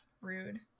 rude